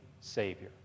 Savior